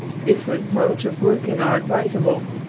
different modes of working are advisable,